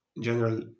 general